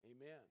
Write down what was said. Amen